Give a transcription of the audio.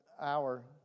Hour